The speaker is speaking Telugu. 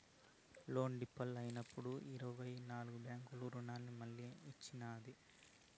లోన్ డీపాల్ట్ అయినప్పుడు ఇరవై నాల్గు బ్యాంకులు రుణాన్ని మళ్లీ ఇచ్చినాయి